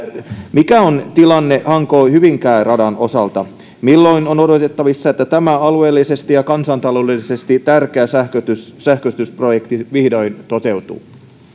mikä on tilanne hanko hyvinkää radan osalta milloin on odotettavissa että tämä alueellisesti ja kansantaloudellisesti tärkeä sähköistysprojekti vihdoin toteutuu